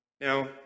Now